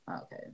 Okay